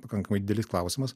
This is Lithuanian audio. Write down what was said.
pakankamai didelis klausimas